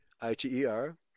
I-T-E-R